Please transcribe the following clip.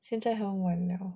现在很晚了